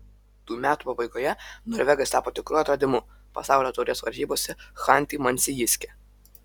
tų metų pabaigoje norvegas tapo tikru atradimu pasaulio taurės varžybose chanty mansijske